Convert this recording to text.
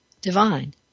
divine